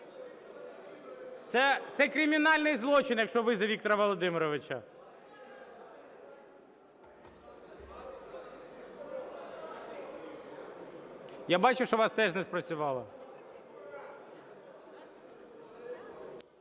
Це кримінальний злочин, якщо ви за Віктора Володимировича. Я бачу, що у вас теж не спрацювало.